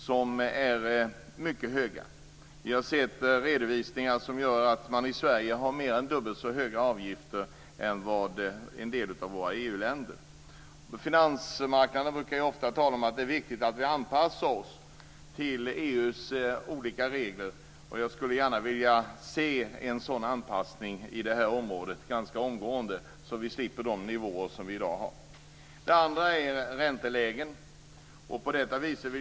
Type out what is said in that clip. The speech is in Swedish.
Sammanställningar visar att man i Sverige tar ut mer än dubbelt så höga avgifter som en del av de övriga EU-länderna. På finansmarknaden brukar man ofta tala om att det är viktigt att vi anpassar oss till EU:s regler, och jag skulle ganska omgående vilja se en sådan anpassning på detta område, så att vi slipper de avgiftsnivåer som vi i dag har. Jag vill också ta upp läget på räntemarknaden.